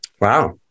Wow